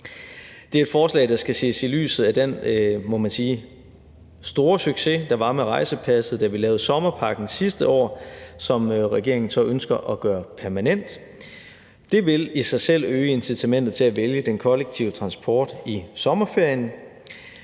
Det er et forslag, der skal ses i lyset af den, må man sige, store succes, der var med rejsepasset, da vi lavede sommerpakken sidste år, som regeringen så ønsker at gøre permanent. Det vil i sig selv øge incitamentet til at vælge den kollektive transport i sommerferien.